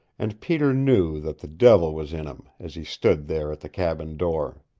and peter knew that the devil was in him as he stood there at the cabin door.